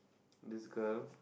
this girl